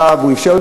על הדבש ועל העוקץ,